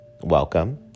welcome